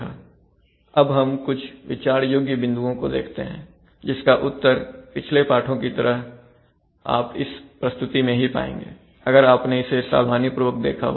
अब हम कुछ विचार योग्य बिंदुओं को देखते हैं जिसका उत्तर पिछले पाठों की तरह आप इस प्रस्तुति में ही पाएंगे अगर आपने इसे सावधानीपूर्वक देखा हो तो